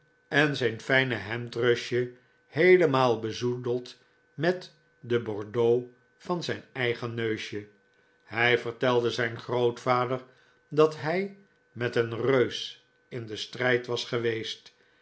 en zijn fijne hemdsruche heelemaal bezoedeld met den bordeaux uit zijn eigen neusje hij vertelde zijn grootvader dat hij met een reus in den strijd was geweest